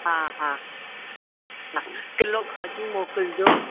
हा हा ह किलो काजू मोकिलिजो